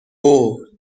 اوه